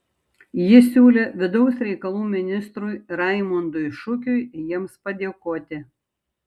ji siūlė vidaus reikalų ministrui raimundui šukiui jiems padėkoti